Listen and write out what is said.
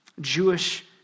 Jewish